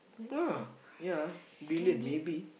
ah ya billion maybe